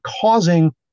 causing